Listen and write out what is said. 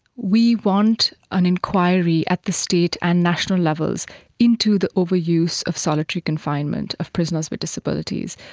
we want an enquiry at the state and national levels into the overuse of solitary confinement of prisoners with disabilities,